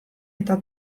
eta